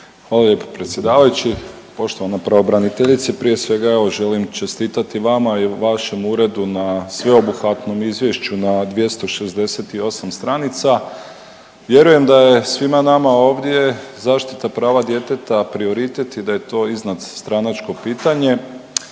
Hvala lijepo predsjedavajući. Poštovana pravobraniteljice, prije svega evo želim čestitati vama i vašem uredu na sveobuhvatnom izvješću na 268 stranica. Vjerujem da je svima nama ovdje zaštita prava djeteta prioritet i da je to iznad stranačko pitanje.